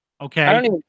Okay